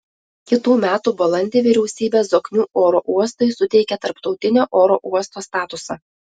kitų metų balandį vyriausybė zoknių oro uostui suteikė tarptautinio oro uosto statusą